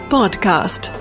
Podcast